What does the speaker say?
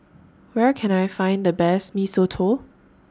Where Can I Find The Best Mee Soto